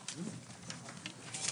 10:35.